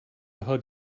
hug